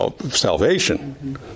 salvation